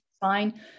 Fine